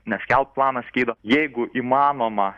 neskelbt planas skydo jeigu įmanoma